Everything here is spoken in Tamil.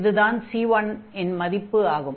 இதுதான் c1 இன் மதிப்பு ஆகும்